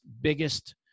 biggest